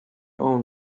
own